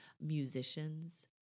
musicians